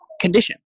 condition